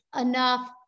Enough